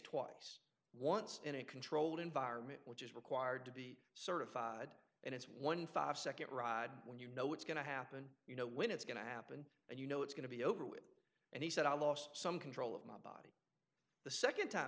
twice once in a controlled environment which is required to be certified and it's one five second when you know what's going to happen you know when it's going to happen and you know it's going to be over with and he said i lost some control of my body the second time